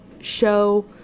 show